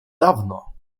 dawno